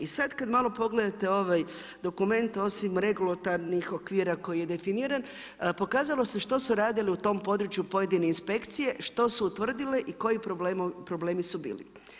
I sad kad malo pogledate ovaj dokument osim regulatornih okvira koji je definiran pokazalo se što su radili u tom području pojedine inspekcije, što su utvrdili i koji problemi su bili.